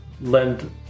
lend